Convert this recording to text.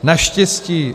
Naštěstí